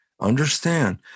understand